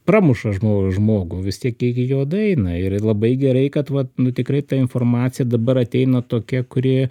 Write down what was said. pramuša žmo žmogų vis tiek iki jo daeina ir labai gerai kad vat nu tikrai ta informacija dabar ateina tokia kuri